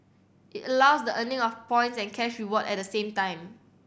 it allows the earning of points and cash reward at the same time